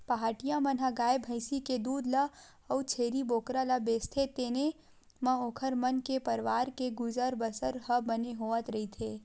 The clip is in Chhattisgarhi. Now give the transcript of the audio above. पहाटिया मन ह गाय भइसी के दूद ल अउ छेरी बोकरा ल बेचथे तेने म ओखर मन के परवार के गुजर बसर ह बने होवत रहिथे